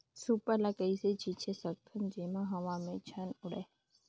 Super ल कइसे छीचे सकथन जेमा हवा मे झन उड़े?